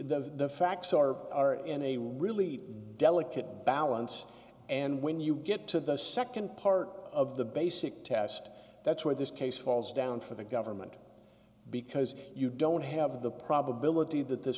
case the facts are are in a really delicate balance and when you get to the nd part of the basic test that's where this case falls down for the government because you don't have the probability that this